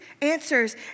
answers